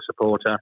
supporter